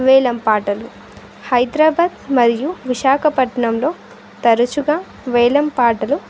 వేలం పాటలు హైదరాబాద్ మరియు విశాఖపట్నంలో తరచుగా వేలం పాటలు